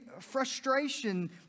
frustration